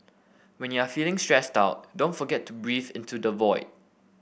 when you are feeling stressed out don't forget to breathe into the void